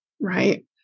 Right